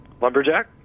Lumberjack